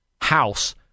House